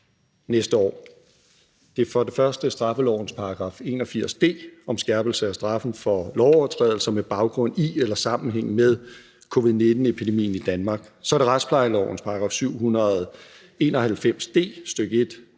næste år. Det er for det første straffelovens § 81 d om skærpelse af straffen for lovovertrædelser med baggrund i eller sammenhæng med covid-19-epidemien i Danmark; så er det retsplejelovens § 791 d, stk. 1,